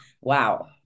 Wow